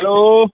hello